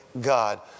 God